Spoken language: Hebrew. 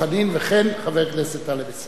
וכן חבר הכנסת טלב אלסאנע.